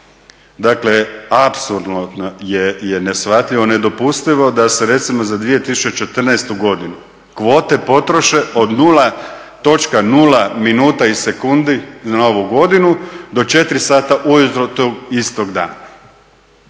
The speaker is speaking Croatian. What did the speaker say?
Dakle apsolutno je neshvatljivo, nedopustivo da se recimo za 2014.godinu kvote potroše od 0.0 minuta i sekundi na ovu godinu do 4 sata ujutro tog istog dana.